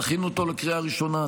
תכינו אותו לקריאה ראשונה,